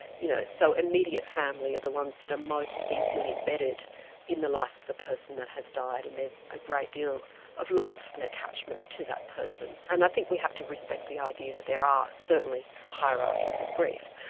you know so immediate family are the ones that are most deeply embedded in the life of the person that has died, and there's a great deal of love and attachment to that person. and i think we have to respect the idea that there are certainly hierarchies of grief.